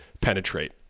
penetrate